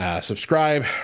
Subscribe